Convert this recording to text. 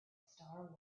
star